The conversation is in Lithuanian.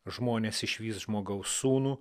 žmonės išvys žmogaus sūnų